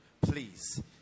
please